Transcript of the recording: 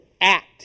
act